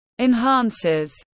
Enhances